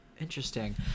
Interesting